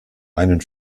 einen